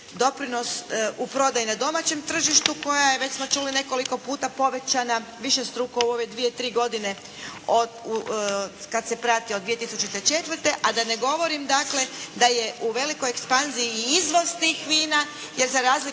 doprinos u prodaji na domaćem tržištu koja je već smo čuli nekoliko puta povećana višestruko u ove dvije, tri godine od kad se prati, od 2004. A da ne govorim dakle da je u velikoj ekspanziji i izvoz tih vina jer za razliku